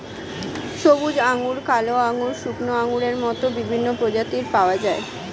সবুজ আঙ্গুর, কালো আঙ্গুর, শুকনো আঙ্গুরের মত বিভিন্ন প্রজাতির পাওয়া যায়